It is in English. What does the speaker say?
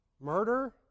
murder